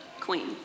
queen